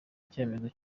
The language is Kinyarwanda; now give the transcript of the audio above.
icyemezo